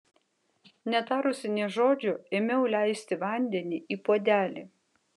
netarusi nė žodžio ėmiau leisti vandenį į puodelį